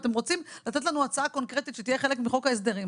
אתם רוצים לתת לנו הצעה קונקרטית שתהיה חלק מחוק ההסדרים,